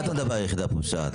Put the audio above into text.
על מה אתה מדבר "היחידה הפושעת"?